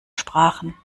sprachen